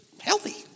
healthy